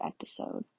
episode